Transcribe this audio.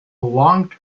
long